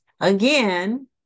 Again